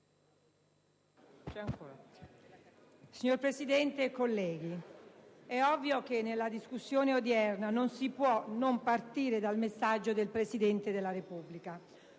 Signora Presidente, colleghi, è ovvio che nella discussione odierna non si può non partire dal messaggio del Presidente della Repubblica.